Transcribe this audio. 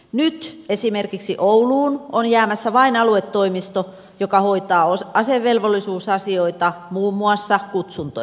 nyt esimerkiksi ouluun on jäämässä vain aluetoimisto joka hoitaa asevelvollisuusasioita muun muassa kutsuntoja